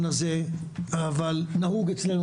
והניסיון להפוך את ועדות הקבלה כאילו לאיזה אמצעי שמבטא,